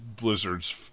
Blizzard's